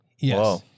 Yes